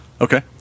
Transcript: Okay